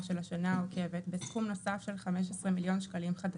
של השנה העוקבת בסכום נוסף של 15 מיליון שקלים חדשים,